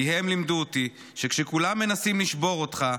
כי הם לימדו אותי שכשכולם מנסים לשבור אותך,